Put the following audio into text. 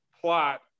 plot